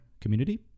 community